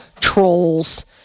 Trolls